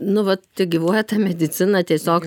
nu vat tegyvuoja ta medicina tiesiog